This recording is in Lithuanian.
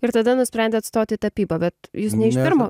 ir tada nusprendėt stot į tapybą bet jūs ne iš pirmo